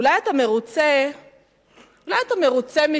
אולי אתה מרוצה מכך